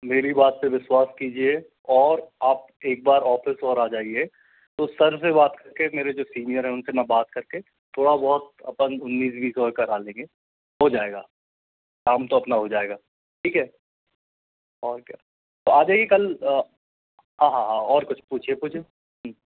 मेरी बात पे विश्वास कीजिए और आप एक बार ऑफिस और आ जाइए तो सर से बात करके जो मेरे जो सीनियर है उनसे बात कर करके थोड़ा बहुत अपन उन्नीस बीस और करवा लेंगे हो जाएगा काम तो अपना हो जाएगा ठीक है और क्या तो आ जाइए कल हाँ हाँ हाँ और कुछ पूछिए कुछ